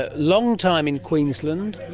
ah long time in queensland,